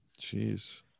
Jeez